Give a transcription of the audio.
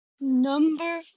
number